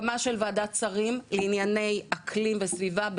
הקמה של וועדת שרים לענייני אקלים וסביבה,